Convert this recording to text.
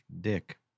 dick